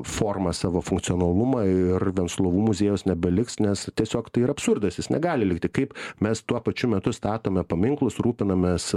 forma savo funkcionalumą ir venclovų muziejaus nebeliks nes tiesiog tai yra absurdas jis negali likti kaip mes tuo pačiu metu statome paminklus rūpinamės